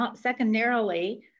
secondarily